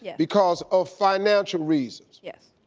yeah because of financial reasons. yes.